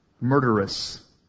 murderous